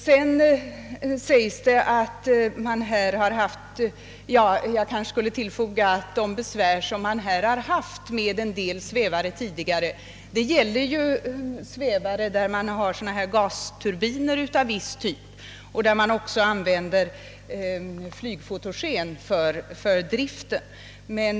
De besvär man tidigare haft med en del svävare gäller svävare med gasturbiner av viss typ och med fiygfotogen som drivmedel.